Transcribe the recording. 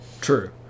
True